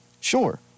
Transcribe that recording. Sure